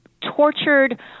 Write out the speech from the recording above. Tortured